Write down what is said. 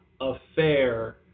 affair